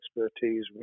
expertise